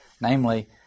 Namely